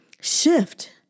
shift